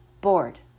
bored